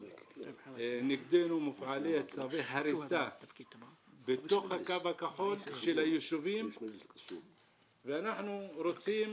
נגדנו מופעלים היום צווי הריסה בתוך הקו הכחול ואנחנו רוצים